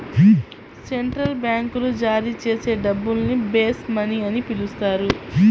central బ్యాంకులు జారీ చేసే డబ్బుల్ని బేస్ మనీ అని పిలుస్తారు